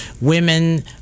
women